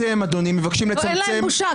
אתם אדוני מבקשים- -- אין להם בושה.